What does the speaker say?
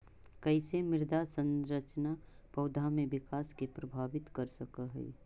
कईसे मृदा संरचना पौधा में विकास के प्रभावित कर सक हई?